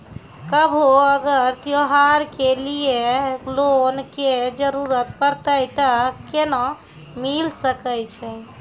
कभो अगर त्योहार के लिए लोन के जरूरत परतै तऽ केना मिल सकै छै?